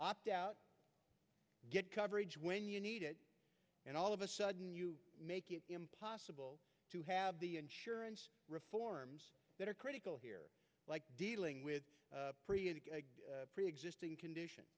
opt out get coverage when you need it and all of a sudden you make it impossible to have the insurance reforms that are critical here dealing with preexisting conditions